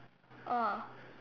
oh